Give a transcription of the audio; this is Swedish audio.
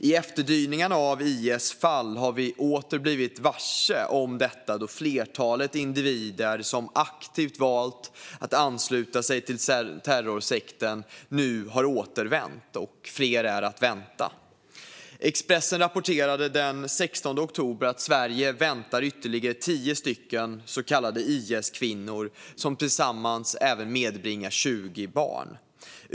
I efterdyningarna av IS fall har vi åter blivit varse detta då flertalet individer som aktivt valt att ansluta sig till terrorsekten nu har återvänt - och fler är att vänta. Expressen rapporterade den 16 oktober att Sverige väntar ytterligare tio så kallade IS-kvinnor som tillsammans även medbringar 20 barn.